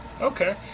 Okay